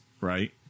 Right